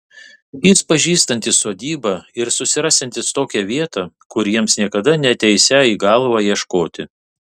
jis pažįstantis sodybą ir susirasiantis tokią vietą kur jiems niekada neateisią į galvą ieškoti